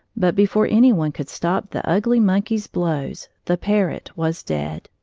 but before any one could stop the ugly monkey's blows, the parrot was dead.